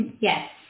Yes